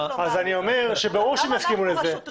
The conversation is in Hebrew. גם אנחנו רשות רישוי.